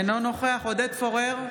אינו נוכח עודד פורר,